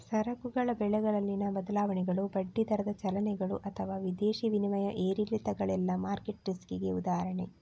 ಸರಕುಗಳ ಬೆಲೆಗಳಲ್ಲಿನ ಬದಲಾವಣೆಗಳು, ಬಡ್ಡಿ ದರದ ಚಲನೆಗಳು ಅಥವಾ ವಿದೇಶಿ ವಿನಿಮಯ ಏರಿಳಿತಗಳೆಲ್ಲ ಮಾರ್ಕೆಟ್ ರಿಸ್ಕಿಗೆ ಉದಾಹರಣೆ